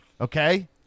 okay